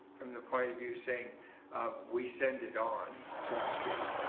from the point of view saying we send it on, so to speak.